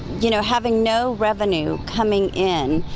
you know having no revenue coming in.